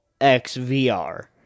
XVR